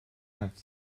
five